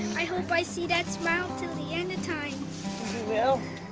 i hope i see that smile until the end of time. you will.